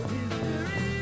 History